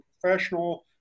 professional